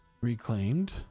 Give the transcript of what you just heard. reclaimed